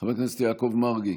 חבר הכנסת יעקב מרגי,